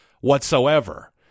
whatsoever